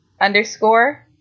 underscore